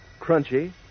crunchy